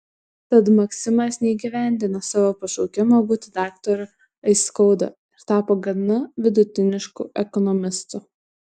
tad maksimas neįgyvendino savo pašaukimo būti daktaru aiskauda ir tapo gana vidutinišku ekonomistu